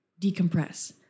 decompress